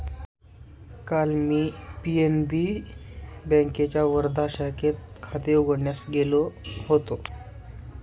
काल मी पी.एन.बी बँकेच्या वर्धा शाखेत खाते उघडण्यास गेलो होतो